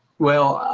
well,